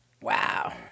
wow